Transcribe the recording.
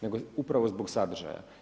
Nego, upravo zbog sadržaja.